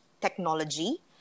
technology